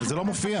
זה לא מופיע לך.